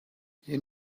you